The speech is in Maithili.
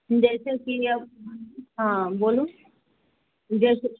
जइसेकि अब हँ बोलू जइसेकि